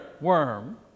worm